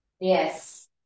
Yes